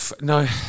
no